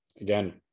again